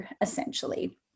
essentially